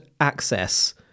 access